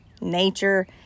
nature